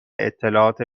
اطلاعات